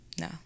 No